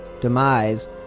demise